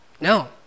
No